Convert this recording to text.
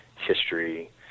History